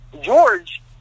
George